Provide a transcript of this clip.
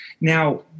Now